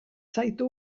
zaitu